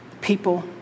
people